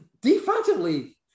defensively